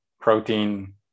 protein